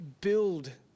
build